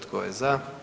Tko je za?